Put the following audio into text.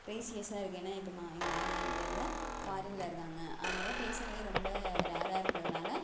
ஃப்ரீசியஸ்ஸாக இருக்குது ஏன்னால் இப்போ மாமா எங்கள் மாமா இங்கே இல்லை ஃபாரினில் இருக்காங்க அவங்களோட பேசுகிறதே ரொம்ப ரேராக இருக்கறதுனால்